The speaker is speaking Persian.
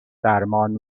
درمان